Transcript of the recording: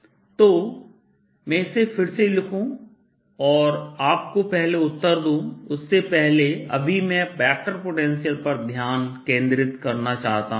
ds dsR2sinddϕ तो मैं इसे फिर से लिखूं और आपको पहले उत्तर दूं उससे पहले अभी मैं वेक्टर पोटेंशियल पर ध्यान केंद्रित करना चाहता हूं